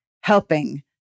helping